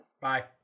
Bye